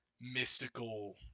mystical